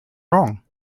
wrong